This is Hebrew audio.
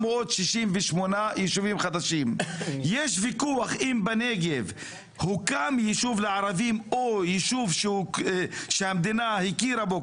יש ויכוח אם בנגב הוקם יישוב לערבים או יישוב שהמדינה הכירה בו,